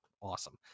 awesome